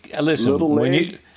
Listen